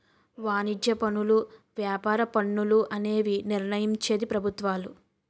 వాణిజ్య పనులు వ్యాపార పన్నులు అనేవి నిర్ణయించేది ప్రభుత్వాలు